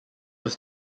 was